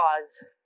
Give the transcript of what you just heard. cause